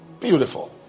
Beautiful